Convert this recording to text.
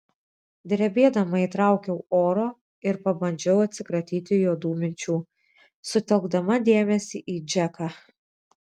drebėdama įtraukiau oro ir pabandžiau atsikratyti juodų minčių sutelkdama dėmesį į džeką